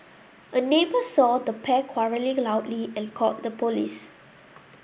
a neighbour saw the pair quarrelling loudly and called the police